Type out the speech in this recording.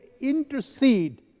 intercede